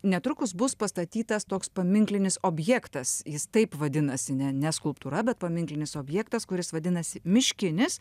netrukus bus pastatytas toks paminklinis objektas jis taip vadinasi ne ne skulptūra bet paminklinis objektas kuris vadinasi miškinis